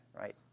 right